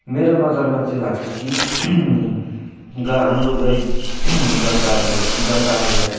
मेरो नजरमा चाहिँ लाग्छ कि हाम्रो गरिब जनताहरूले जनताहरूलाई